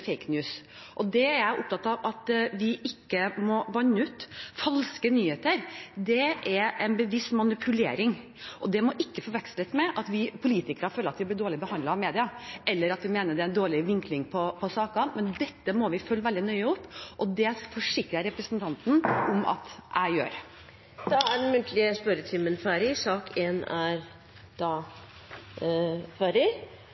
news». Det er jeg opptatt av at vi ikke må vanne ut. Falske nyheter er en bevisst manipulering, og det må ikke forveksles med at vi politikere føler at vi blir dårlig behandlet av media, eller at vi mener det er en dårlig vinkling av sakene. Dette må vi følge veldig nøye opp, og det forsikrer jeg representanten om at jeg gjør. Dermed er den muntlige spørretimen omme. Presidenten gjør oppmerksom på at det blir en